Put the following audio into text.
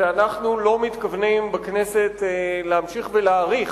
שאנחנו בכנסת לא מתכוונים להמשיך ולהאריך